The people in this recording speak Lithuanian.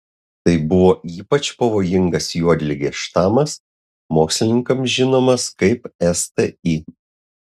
tai buvo ypač pavojingas juodligės štamas mokslininkams žinomas kaip sti